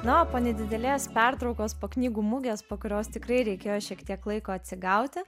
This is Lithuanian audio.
na o po nedidelės pertraukos po knygų mugės po kurios tikrai reikėjo šiek tiek laiko atsigauti